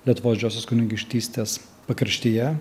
lietuvos didžiosios kunigaikštystės pakraštyje